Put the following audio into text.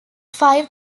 five